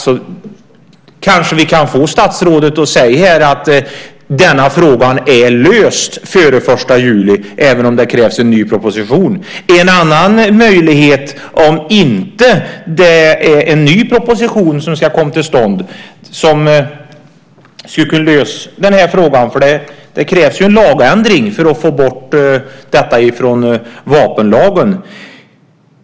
Vi kanske kan få statsrådet att säga här att denna fråga är löst före den 1 juli även om det krävs en ny proposition. Om det inte är så att en ny proposition ska komma finns det en annan möjlighet att lösa den här frågan. Det krävs ju en lagändring för att få bort detta från vapenlagen.